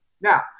Now